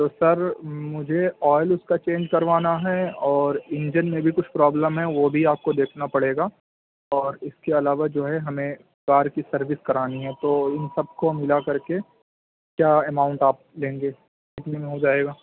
تو سر مجھے آئل اس کا چینج کروانا ہے اور انجن میں بھی کچھ پرابلم ہے وہ بھی آپ کو دیکھنا پڑے گا اور اس کے علاوہ جو ہے ہمیں کار کی سروس کرانی ہے تو ان سب کو ملا کرکے کیا اماؤنٹ آپ لیں گے کتنے میں ہو جائے گا